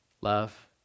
love